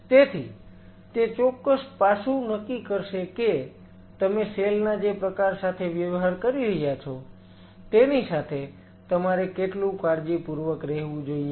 તેથી તે ચોક્કસ પાસું નક્કી કરશે કે તમે સેલ ના જે પ્રકાર સાથે વ્યવહાર કરી રહ્યા છો તેની સાથે તમારે કેટલુ કાળજીપૂર્વક રહેવું જોઈએ